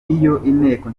inteko